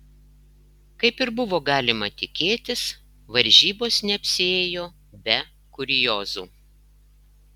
kaip ir buvo galima tikėtis varžybos neapsiėjo be kuriozų